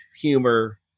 humor